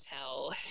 tell